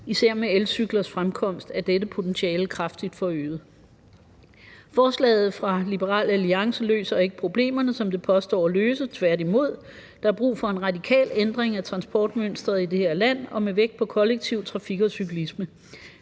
især med elcyklers fremkomst er dette potentielle kraftigt forøget. Forslaget fra Liberal Alliance løser ikke problemerne, som det påstår at løse, tværtimod. Der er brug for en radikal ændring af transportmønsteret i det her land og med vægt på kollektiv trafik og cyklisme